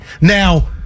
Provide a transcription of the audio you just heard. Now